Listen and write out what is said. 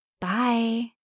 Bye